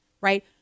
right